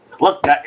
look